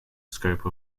scope